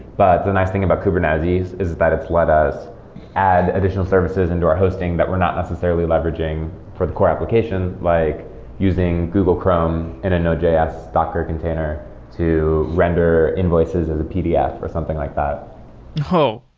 but the nice thing about kubernetes is that it's let us add additional services into our hosting that were not necessarily leveraging for the core applications, like using google chrome in a node js docker container to render invoices as a pdf, or something like that oh,